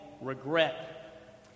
regret